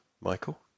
Michael